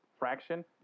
Fraction